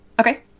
Okay